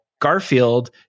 Garfield